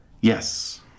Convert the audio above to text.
Yes